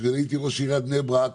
שכשאני הייתי ראש עיריית בני ברק,